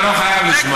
אתה לא חייב לשמוע.